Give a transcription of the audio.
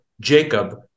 Jacob